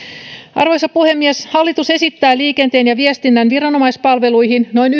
arvoisa puhemies hallitus esittää liikenteen ja viestinnän viranomaispalveluihin noin